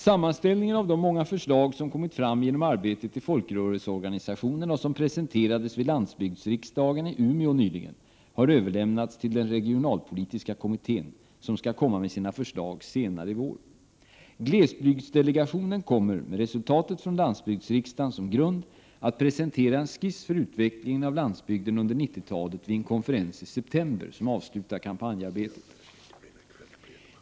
Sammanställningen av de många förslag som kommit fram genom arbetet i folkrörelseorganisationerna och som presenterades vid landsbygdsriksdagen i Umeå nyligen har överlämnats till regionalpolitiska kommittén som skall komma med sina förslag senare i vår. Glesbygdsdelegationen kommer, med resultatet från landsbygdsriksdagen som grund, att presentera en skiss för utvecklingen av landsbygden under 90-talet vid en konferens i september som avslutar kampanjarbetet.